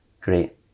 Great